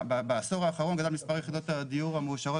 בעשור האחרון גדל מספר יחידות הדיור המאושרות